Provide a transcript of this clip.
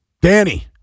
Danny